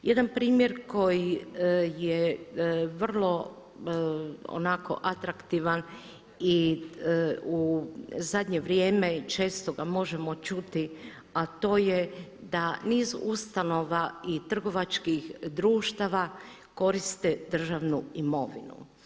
Jedan primjer koji je vrlo onako atraktivan i u zadnje vrijeme često ga možemo čuti, a to je da niz ustanova i trgovačkih društava koriste državnu imovinu.